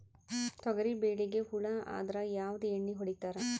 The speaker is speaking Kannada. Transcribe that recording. ತೊಗರಿಬೇಳಿಗಿ ಹುಳ ಆದರ ಯಾವದ ಎಣ್ಣಿ ಹೊಡಿತ್ತಾರ?